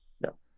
no